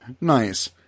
nice